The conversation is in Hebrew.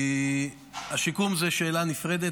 השיקום זאת שאלה נפרדת,